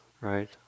right